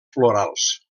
florals